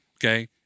Okay